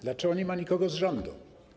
Dlaczego nie ma tu nikogo z rządu?